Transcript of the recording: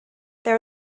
there